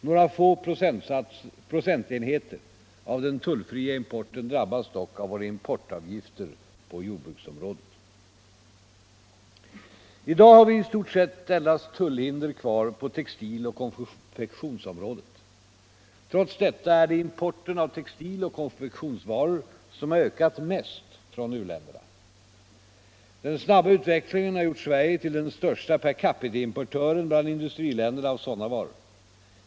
Några få procentenheter av den tullfria importen drabbas dock av våra importavgifter på jordbruksområdet. I dag har vi i stort sett endast tullhinder kvar på textiloch konfektionsområdet. Trots detta är det importen av textiloch konfektionsvaror som har ökat mest från u-länderna. Den snabba utvecklingen har gjort Sverige till den största per capita-importören bland industriländerna av sådana varor.